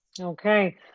Okay